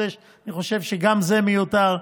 אני חושב שגם זה מיותר,